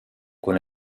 quan